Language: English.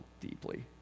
deeply